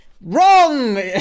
Wrong